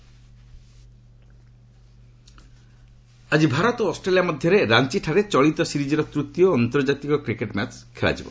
cricket ଆଜି ଭାରତ ଓ Australia ମଧ୍ୟରେ ରାଞ୍ଚିଠାରେ ଚଳିତ ସିରିଜ୍ର ତୂତୀୟ ଆନ୍ତର୍କାତିକ କ୍ରିକେଟ୍ ମ୍ୟାଚ୍ ଅନୁଷ୍ଠିତ ହେବ